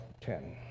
ten